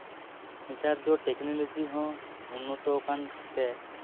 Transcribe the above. ᱱᱮᱛᱟᱨ ᱫᱚ ᱴᱮᱠᱱᱚᱞᱚᱡᱤ ᱦᱚᱸ ᱩᱱᱱᱚᱛᱚ ᱟᱠᱟᱱ ᱛᱮ